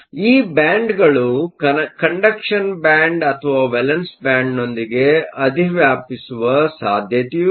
ಈ ಬ್ಯಾಂಡ್ಗಳು conduction band ಅಥವಾ ವೇಲೆನ್ಸ್ ಬ್ಯಾಂಡ್ ನೊಂದಿಗೆ ಅಧಿವ್ಯಾಪಿಸುವ ಸಾಧ್ಯತೆಯೂ ಇದೆ